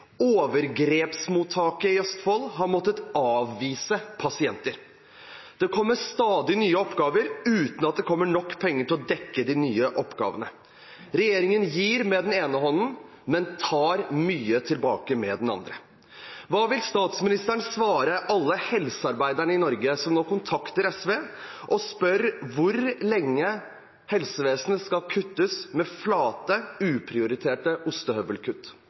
Overgrepsmottaket i Østfold har måttet avvise pasienter. Det kommer stadig nye oppgaver uten at det kommer nok penger til å dekke de nye oppgavene. Regjeringen gir med den ene hånden, men tar mye tilbake med den andre. Hva vil statsministeren svare alle helsearbeiderne i Norge som nå kontakter SV og spør hvor lenge helsevesenet skal kuttes med flate, uprioriterte ostehøvelkutt?